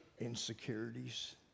insecurities